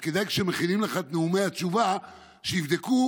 אז כשמכינים לך את נאומי התשובה כדאי שיבדקו